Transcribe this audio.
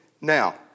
Now